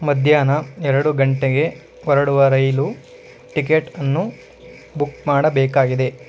ಮಧ್ಯಾಹ್ನ ಎರಡು ಗಂಟೆಗೆ ಹೊರಡುವ ರೈಲು ಟಿಕೆಟನ್ನು ಬುಕ್ ಮಾಡಬೇಕಾಗಿದೆ